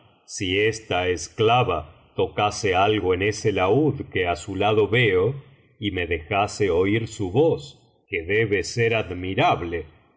si esta esclava tocase algo en ese laúd que á su lado veo y me dejase oir su voz que debe ser admirable